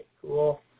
Cool